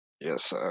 Yes